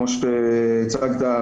כמו שהצגת,